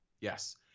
Yes